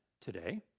today